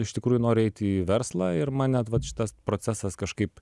iš tikrųjų noriu eit į verslą ir man net vat šitas procesas kažkaip